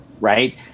right